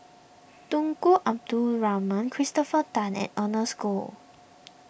Tunku Abdul Rahman Christopher Tan and Ernest Goh